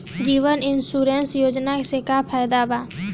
जीवन insurance योजना से का फायदा बा?